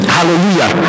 Hallelujah